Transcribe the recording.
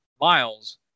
Miles